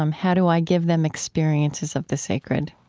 um how do i give them experiences of the sacred?